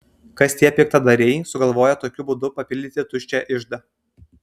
kas tie piktadariai sugalvoję tokiu būdu papildyti tuščią iždą